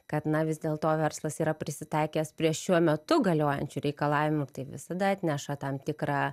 kad na vis dėlto verslas yra prisitaikęs prie šiuo metu galiojančių reikalavimųir tai visada atneša tam tikrą